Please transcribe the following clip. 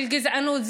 של גזענות.